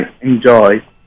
enjoy